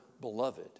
beloved